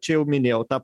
čia jau minėjau tą